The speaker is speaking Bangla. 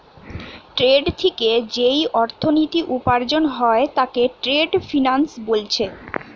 ট্রেড থিকে যেই অর্থনীতি উপার্জন হয় তাকে ট্রেড ফিন্যান্স বোলছে